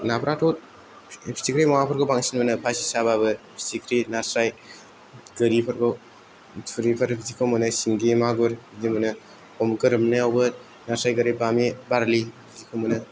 नाफोराथ' फिथिग्रि मावाफोरखौ बांसिन मोनो फासि साबाबो फिथिग्रि नास्राय गोरिफोरखौ थुरिफोर बिदिखौ मोनो सिंगि मागुर बिदि मोनो गोरोमनायावबो नास्राय गोरि बामि बारलिखौ मोनो